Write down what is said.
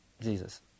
Jesus